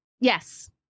Yes